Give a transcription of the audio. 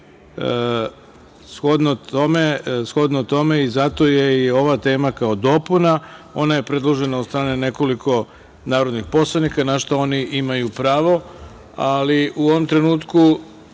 temi. Shodno tome, zato je i ova tema kao dopuna. Ona je predložena od strane nekoliko narodnih poslanika, na šta oni imaju pravo, ali u ovom trenutku